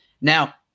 Now